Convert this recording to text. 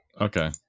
Okay